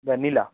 vanilla